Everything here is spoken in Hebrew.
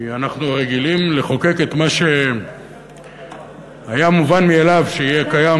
כי אנחנו רגילים לחוקק את מה שהיה מובן מאליו שיהיה קיים,